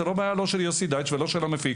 זאת לא בעיה של יוסי דייטש ולא של המפיק